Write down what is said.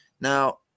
Now